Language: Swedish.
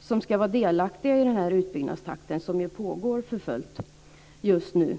som ska vara delaktiga i den utbyggnad som pågår för fullt just nu.